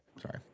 Sorry